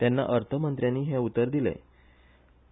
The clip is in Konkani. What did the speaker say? तेन्ना अर्थमंत्र्यानी हे उतर दिछेे